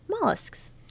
mollusks